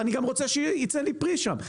ואני גם רוצה שייצא לי פרי שם.